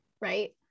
Right